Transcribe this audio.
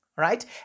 right